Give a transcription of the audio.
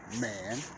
man